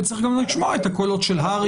וצריך גם לשמוע את הקולות של הר"י.